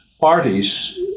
parties